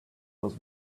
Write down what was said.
was